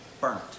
burnt